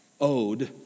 owed